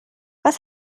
was